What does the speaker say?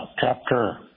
chapter